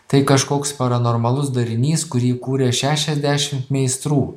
tai kažkoks paranormalus darinys kurį kūrė šešiasdešim meistrų